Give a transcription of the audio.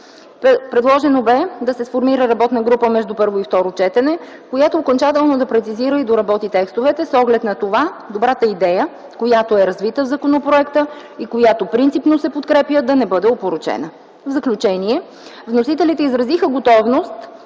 Предложено бе да се сформира работна група между първо и второ четене, която окончателно да прецизира и доработи текстовете, с оглед на това добрата идея, която е развита в законопроекта и която принципно се подкрепя, да не бъде опорочена. В заключение вносителите изразиха готовност